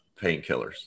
painkillers